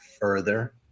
further